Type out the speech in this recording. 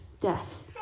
death